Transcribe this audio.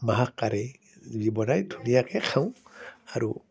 মাহ কাৰেই যি বনায় ধুনীয়াকৈ খাওঁ আৰু